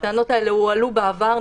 הטענות האלה הועלו בעבר,